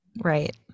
Right